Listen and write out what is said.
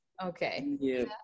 Okay